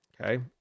okay